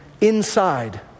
inside